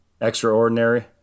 Extraordinary